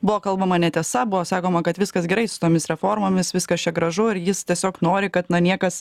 buvo kalbama netiesa buvo sakoma kad viskas gerai su tomis reformomis viskas čia gražu ir jis tiesiog nori kad niekas